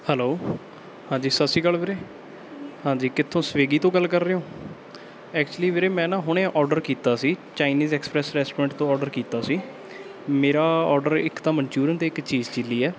hello ਹਾਂਜੀ ਸਤਿ ਸ਼੍ਰੀ ਅਕਾਲ ਵੀਰੇ ਹਾਂਜੀ ਕਿੱਥੋਂ ਸਵੀਗੀ ਤੋਂ ਗੱਲ ਕਰ ਰਹੇ ਹੋ ਐਕਚੁਲੀ ਵੀਰੇ ਮੈਂ ਨਾ ਹੁਣੇ ਅੋਰਡਰ ਕੀਤਾ ਸੀ ਚਾਈਨੀਜ਼ ਐਕਸਪ੍ਰੈਸ ਰੈਸਟੋਰੈਂਟ ਤੋਂ ਅੋਰਡਰ ਕੀਤਾ ਸੀ ਮੇਰਾ ਅੋਰਡਰ ਇੱਕ ਤਾਂ ਮੰਚੂਰਿਅਨ ਅਤੇ ਇੱਕ ਚੀਜ਼ ਚਿੱਲੀ ਹੈ